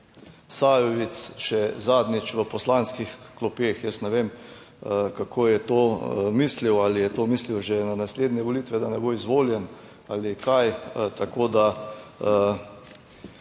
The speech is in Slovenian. Sajovic še zadnjič v poslanskih klopeh. Jaz ne vem, kaj je s tem mislil. Ali je s tem mislil že na naslednje volitve, da ne bo izvoljen, ali kaj? Jaz upam,